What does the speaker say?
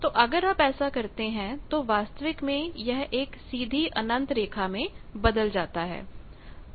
तो अगर आप ऐसा करते हैं तो वास्तविक में यह एक सीधी अनंत रेखा में बदल जाता है